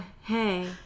hey